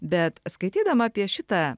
bet skaitydama apie šitą